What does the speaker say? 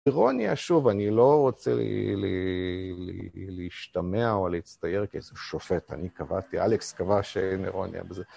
אירוניה שוב, אני לא רוצה להשתמע או להצטייר כי זה שופט, אני קבעתי, אלכס קבע שאין אירוניה בזה.